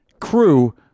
crew